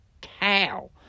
cow